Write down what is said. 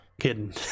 kidding